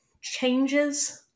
changes